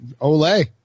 Olay